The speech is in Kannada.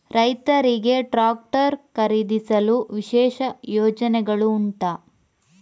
ರೈತರಿಗೆ ಟ್ರಾಕ್ಟರ್ ಖರೀದಿಸಲು ವಿಶೇಷ ಯೋಜನೆಗಳು ಉಂಟಾ?